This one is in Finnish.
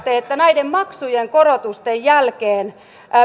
että näiden maksujen korotusten jälkeen